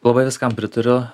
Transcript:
labai viskam pritariu